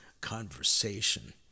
conversation